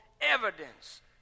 evidence